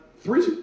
three